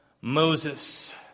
Moses